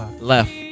left